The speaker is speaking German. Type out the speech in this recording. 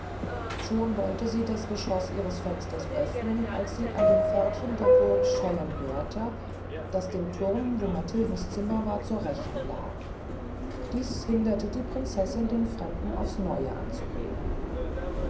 schon wollte sie das geschoß ihres fensters eröfnen als sie an dem pförtchen der burg schellen hörte das dem thurm wo mathildens zimmer war zur rechten lag dies verhinderte die prinzessin den fremden aufs neue anzureden